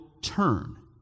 turn